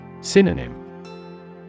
Synonym